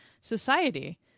society